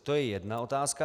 To je jedna otázka.